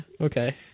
Okay